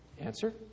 Answer